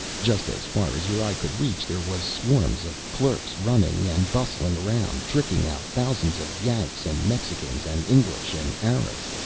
just as far as your eye could reach, there was swarms of clerks, running and bustling around, tricking out thousands of yanks and mexicans and english and arabs,